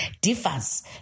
differs